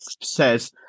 says